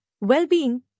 well-being